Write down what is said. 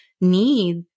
need